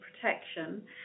protection